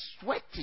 sweaty